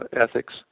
ethics